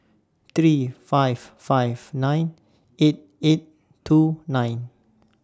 three five five nine eight eight two nine